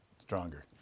stronger